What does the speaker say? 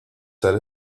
said